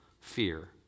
fear